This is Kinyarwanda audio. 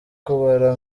kubara